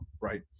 Right